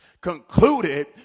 concluded